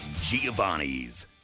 Giovanni's